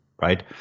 right